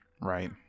right